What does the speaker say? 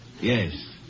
Yes